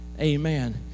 amen